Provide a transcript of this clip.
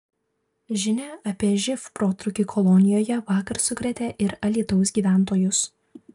žinia apie živ protrūkį kolonijoje vakar sukrėtė ir alytaus gyventojus